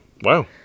Wow